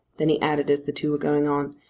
then he added as the two were going on,